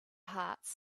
hearts